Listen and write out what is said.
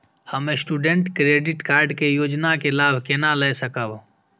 हम student credit card के योजना के लाभ केना लय सकब?